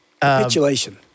capitulation